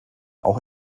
auch